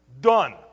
Done